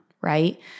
right